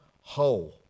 whole